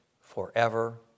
forever